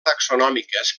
taxonòmiques